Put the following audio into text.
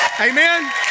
Amen